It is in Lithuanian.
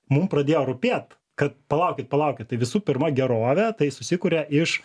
mum pradėjo rūpėt kad palaukit palaukit tai visų pirma gerovė tai susikuria iš